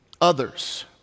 others